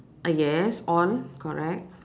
uh yes all correct